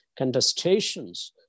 contestations